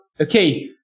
okay